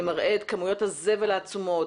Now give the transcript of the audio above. מראה את כמויות הזבל העצומות,